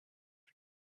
her